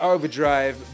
Overdrive